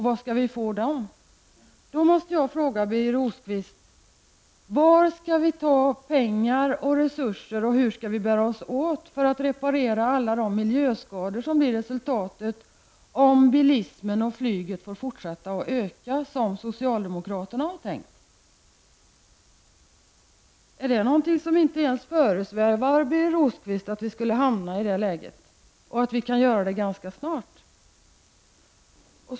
Jag måste fråga Birger Rosqvist: Varifrån skall vi ta pengar och resurser, och hur skall vi bära oss åt för att reparera alla de miljöskador som blir resultatet, om bilismen och flyget får fortsätta att öka som socialdemokraterna har tänkt? Föresvävar det inte Birger Rosqvist att vi ganska snart kan hamna i ett sådant läge?